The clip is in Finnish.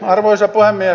arvoisa puhemies